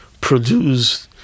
produced